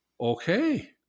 okay